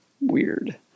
weird